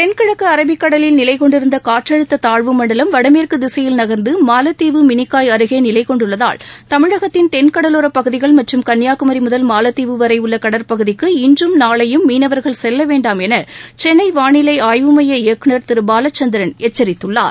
தென்கிழக்கு அரபிக்கடலில் நிலைக்கொண்டிருந்த காற்றழுத்த தாழ்வு மண்டலம் வடமேற்கு திசையில் நகர்ந்து மாலத்தீவு மினிகாய் அருகே நிலை கொண்டுள்ளதால் தமிழகத்தின் தென் கடவோரப் பகுதிகள் மற்றும் கள்ளியாகுமரி முதல் மாலத்தீவு வரை உள்ள கடல் பகுதிக்கு இன்றும் நாளையும் மீனவர்கள் செல்ல வேண்டாம் என சென்னை வானிலை ஆய்வு மைய இயக்குநர் திரு பாலச்சந்திரன் எச்சரித்துள்ளார்